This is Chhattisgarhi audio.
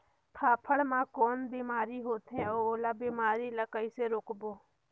फाफण मा कौन बीमारी होथे अउ ओला बीमारी ला कइसे रोकबो?